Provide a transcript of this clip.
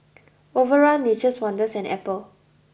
Overrun Nature's Wonders and Apple